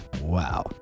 Wow